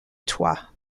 troie